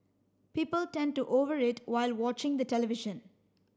people tend to over eat while watching the television